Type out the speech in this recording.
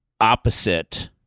opposite